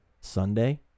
sunday